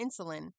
insulin